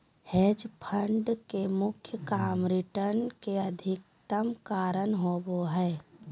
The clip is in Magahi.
हेज फंड के मुख्य काम रिटर्न के अधीकतम करना होबो हय